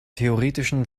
theoretischen